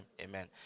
amen